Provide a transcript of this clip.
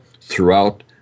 throughout